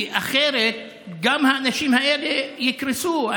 כי אחרת גם האנשים האלה יקרסו.